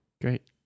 Great